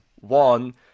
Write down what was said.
One